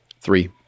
Three